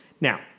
Now